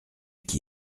qui